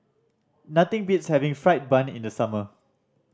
nothing beats having fried bun in the summer